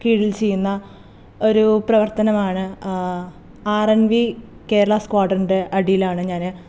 കീഴിൽ ചെയ്യുന്ന ഒരു പ്രവർത്തനമാണ് ആർ എൻ വി കേരള സ്ക്വാടറിന്റെ അടിയിലാണ് ഞാൻ